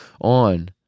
on